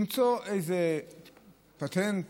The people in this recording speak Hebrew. למצוא איזה פטנט